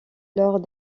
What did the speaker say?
lors